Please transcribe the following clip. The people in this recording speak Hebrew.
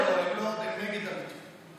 לא, לא, הם נגד המתווה.